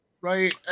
right